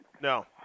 No